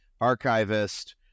archivist